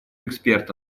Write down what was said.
экспертов